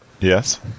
Yes